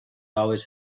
always